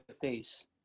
face